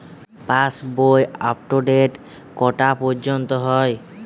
পাশ বই আপডেট কটা পর্যন্ত হয়?